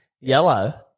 Yellow